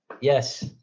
Yes